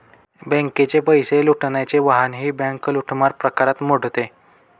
बँकेचे पैसे लुटण्याचे वाहनही बँक लूटमार प्रकारात मोडते